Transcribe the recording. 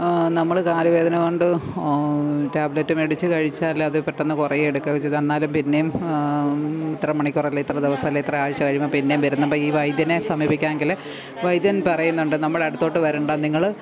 നമ്മള് കാലു വേദനകൊണ്ട് ടാബ്ലറ്റ് മേടിച്ചു കഴിച്ചാലത് പെട്ടെന്ന് കുറയുകയോ എടുക്കൊക്കെ ചെയ്ത് എന്നാലും പിന്നെയും ഇത്ര മണിക്കൂറല്ലേ ഇത്ര ദിവസല്ലേ ഇത്ര ആഴ്ച കഴിയുമ്പോള് പിന്നെയും വരുന്നു അപ്പോള് ഈ വൈദ്യനെ സമീപിക്കാമെങ്കില് വൈദ്യൻ പറയുന്നുണ്ട് നമ്മടടുത്തോട്ട് വരണ്ട നിങ്ങള്